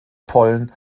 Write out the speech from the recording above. pollen